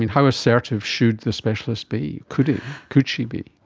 how assertive should the specialist be, could could she be?